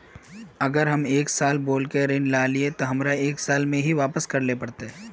अगर हम एक साल बोल के ऋण लालिये ते हमरा एक साल में ही वापस करले पड़ते?